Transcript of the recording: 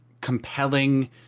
compelling